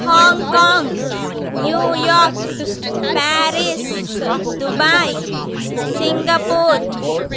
Hong Kong New York Paris Dubai Singapore